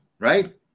right